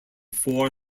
four